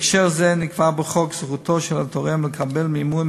בהקשר זה נקבעה בחוק זכותו של התורם לקבל מימון